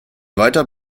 weiter